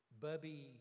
Bubby